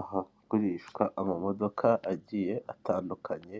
Ahagurishwa amamodoka agiye atandukanye